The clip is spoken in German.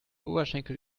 oberschenkel